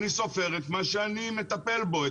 אני סופר את מה שאני מטפל בו.